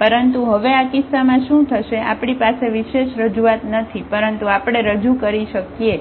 પરંતુ હવે આ કિસ્સામાં શું થશે આપણી પાસે વિશેષ રજૂઆત નથી પરંતુ આપણે રજુ કરી શકીએ